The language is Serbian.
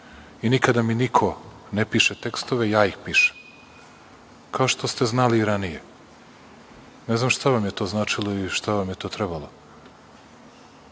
i nikada mi niko ne piše tekstove, ja ih pišem, kao što ste znali i ranije. Ne znam šta vam je to značilo i šta vam je to trebalo,